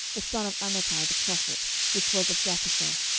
the son of amittai, the prophet, which was of gathhepher.